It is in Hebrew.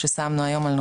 וזה